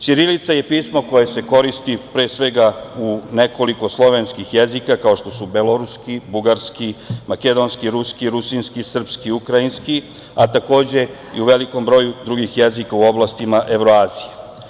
Ćirilica je pismo koje se koristi pre svega u nekoliko slovenskih jezika, kao što su beloruski, bugarski, makedonski, ruski, rusinski, srpski i ukrajinski, a takođe i u velikom broju drugih jezika u oblastima evroazije.